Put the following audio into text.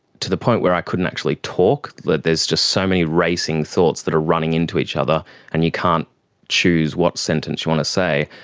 to the point where i couldn't actually talk, there's just so many racing thoughts that are running into each other and you can't choose what sentence you want to say,